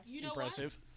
impressive